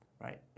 Right